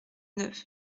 neuf